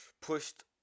pushed